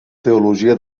teologia